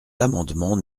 l’amendement